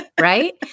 right